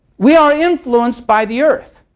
we are influenced by the earth,